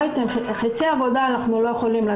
חצי עבודה אנחנו לא יכולים לתת.